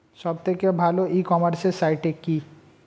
সব থেকে ভালো ই কমার্সে সাইট কী?